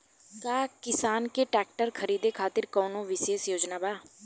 का किसान के ट्रैक्टर खरीदें खातिर कउनों विशेष योजना बा?